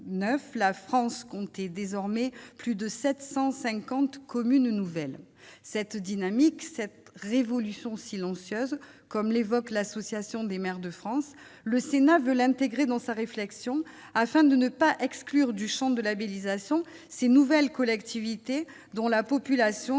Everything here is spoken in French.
la France comptait désormais plus de 750 communes nouvelles cette dynamique Step révolution silencieuse comme l'évoque l'Association des maires de France, le Sénat veut l'intégrer dans sa réflexion afin de ne pas exclure du Champ de labellisation ces nouvelles collectivités dont la population, c'est